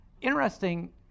interesting